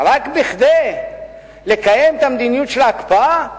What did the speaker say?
רק כדי לקיים את מדיניות ההקפאה,